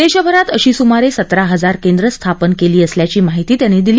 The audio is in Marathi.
देशभऱात अशी सुमारे सतरा हजार केंद्रं स्थापन केली असल्याची माहिती त्यांनी दिली